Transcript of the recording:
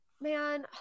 man